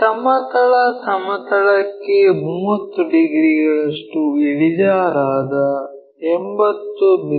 ಸಮತಲ ಸಮತಲಕ್ಕೆ 30 ಡಿಗ್ರಿಗಳಷ್ಟು ಇಳಿಜಾರಾದ 80 ಮಿ